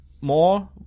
more